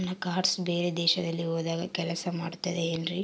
ನನ್ನ ಕಾರ್ಡ್ಸ್ ಬೇರೆ ದೇಶದಲ್ಲಿ ಹೋದಾಗ ಕೆಲಸ ಮಾಡುತ್ತದೆ ಏನ್ರಿ?